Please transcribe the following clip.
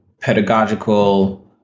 pedagogical